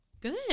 Good